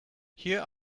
here